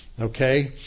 Okay